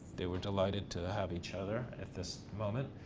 they were delighted to have each other at this moment.